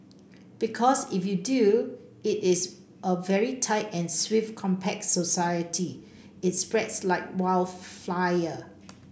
because if you do it is a very tight and swift compact society it spreads like wild fire